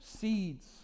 seeds